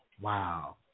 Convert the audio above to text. Wow